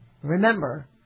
Remember